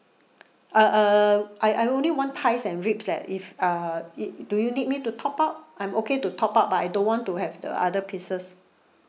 uh uh I I only want thighs and ribs leh if uh it do you need me to top up I'm okay to top up but I don't want to have the other pieces